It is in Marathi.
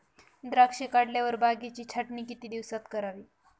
द्राक्षे काढल्यावर बागेची छाटणी किती दिवसात करावी?